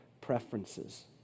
preferences